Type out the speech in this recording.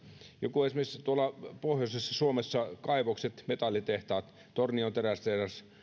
maakunnista esimerkiksi tuolla pohjoisessa suomessa kaivokset metallitehtaat tornion terästehdas